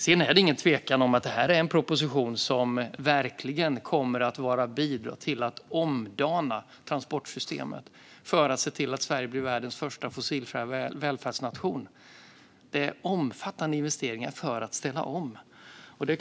Det är ingen tvekan om att det här är en proposition som verkligen kommer att bidra till att omdana transportsystemet för att se till att Sverige blir världens första fossilfria välfärdsnation. Det är omfattande investeringar för att ställa om.